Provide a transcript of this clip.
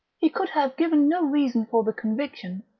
he could have given no reason for the conviction,